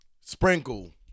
Sprinkle